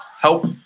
help